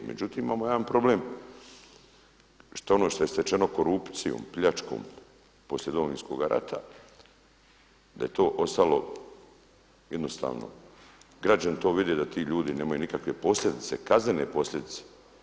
Međutim, imamo jedan problem ono što je stečeno korupcijom, pljačkom poslije Domovinskoga rata da je to ostalo jednostavno, građani to vide da ti ljudi nemaju nikakve posljedice, kaznene posljedice.